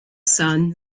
son